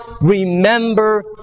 remember